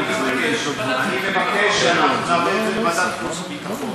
אני מבקש שנעביר את זה לוועדת החוץ והביטחון.